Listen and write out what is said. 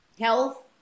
health